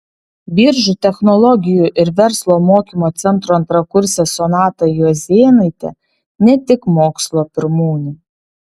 biržų technologijų ir verslo mokymo centro antrakursė sonata juozėnaitė ne tik mokslo pirmūnė